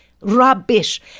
rubbish